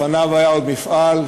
לפניו היה עוד מפעל,